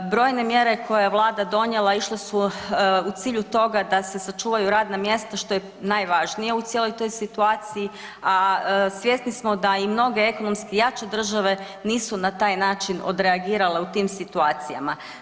Brojne mjere koje je Vlada donijela, išle su u cijelu toga da se sačuvaju radna mjesta što je najvažnije u cijeloj toj situaciji, a svjesni da i mnoge ekonomski jače države nisu na taj način odreagirale u tim situacijama.